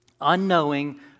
unknowing